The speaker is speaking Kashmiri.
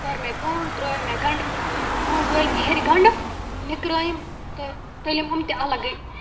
کٔر مےٚ کٲم ترٛٲے مےٚ گَنٛڈٕ یِمہٕ وٲلۍ مےٚ ہیٚرِ گَنٛڈٕ نِکرٲیِم تہٕ تٔلِم یِم تہِ اَلَگٕے